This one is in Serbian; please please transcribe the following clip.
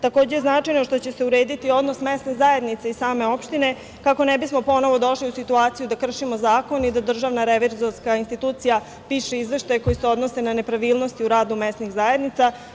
Takođe, značajno je što će se urediti odnos mesne zajednice i same opštine, kako ne bismo ponovo došli u situaciju da kršimo zakon i da DRI piše izveštaje koji se odnose na nepravilnosti u radu mesnih zajednica.